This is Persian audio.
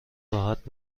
راحت